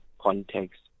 context